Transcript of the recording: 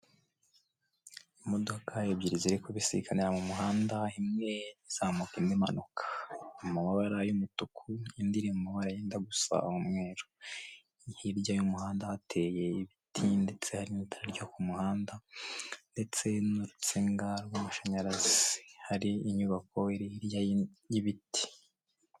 Imodoka ebyiri ziri kubisikanira mu muhanda, imwe izamuka indi imanuka, iri mu mamabara y'umutuku, indi iri mu mabara yenda gusa umweru, hirya y'umuhanda hateye ibiti ndetse hari n'itara ryo ku muhanda ndetse n'urutsinga rw'amashanyarazi, hari inyubako iri hirya y'ibiti.